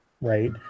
right